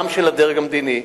גם של הדרג המדיני.